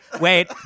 wait